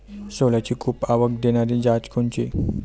सोल्याची खूप आवक देनारी जात कोनची?